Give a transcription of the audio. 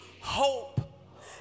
hope